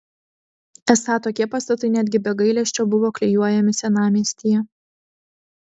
esą tokie pastatai netgi be gailesčio buvo klijuojami senamiestyje